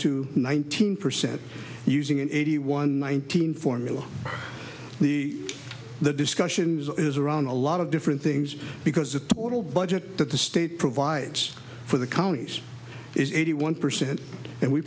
to nineteen percent using an eighty one thousand formula the the discussion is around a lot of different things because the total budget that the state provides for the counties is eighty one percent and we